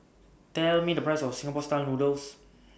Tell Me The Price of Singapore Style Noodles